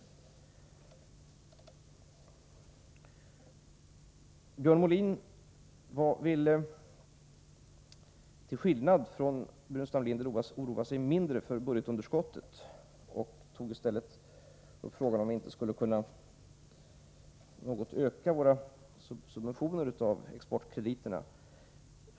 Björn Molin ville till skillnad från Burenstam Linder oroa sig mindre för budgetunderskottet. Han tog i stället upp frågan om vi inte skulle kunna något öka våra subventioner till exportkrediterna.